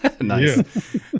nice